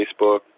Facebook